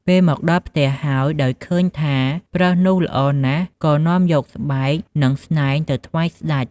ពេលមកដល់ផ្ទះហើយ ដោយឃើញថាប្រើសនេះល្អណាស់ ក៏នាំយកស្បែក និងស្នែងទៅថ្វាយស្ដេច។